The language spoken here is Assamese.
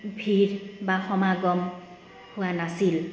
ভিৰ বা সমাগম হোৱা নাছিল